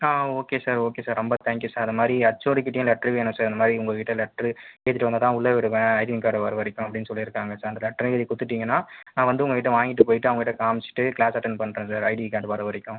ஆ okay sir okay sir ரொம்ப thank you sir இந்தமாரி ஹெச்ஓடிக்கிட்டேயும் லெட்ரு வேணும் சார் இந்தமாதிரி உங்கக்கிட்டே லெட்ரு எழுதிட்டு வந்தால் தான் உள்ளே விடுவேன் ஐடின் கார்டு வர வரைக்கும் அப்படின்னு சொல்லியிருக்காங்க சார் அந்த லெட்டரையும் எழுதி கொடுத்திட்டீங்கன்னா நான் வந்து உங்கக்கிட்டே வாங்கிட்டு போய்ட்டு அவங்கள்ட்ட காம்மிச்சிட்டு கிளாஸ் அட்டன் பண்ணுறேன் சார் ஐடின் கார்டு வர வரைக்கும்